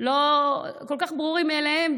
ברורים מאליהם,